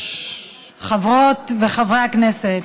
חברות וחברי הכנסת,